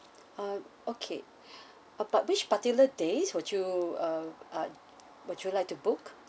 uh okay about which particular day would you uh uh would you like to book